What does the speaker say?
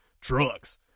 trucks